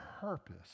purpose